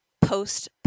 post